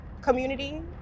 community